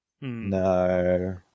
No